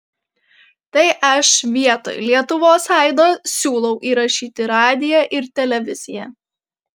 tai aš vietoj lietuvos aido siūlau įrašyti radiją ir televiziją